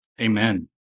Amen